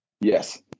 Yes